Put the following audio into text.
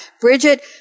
Bridget